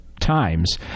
times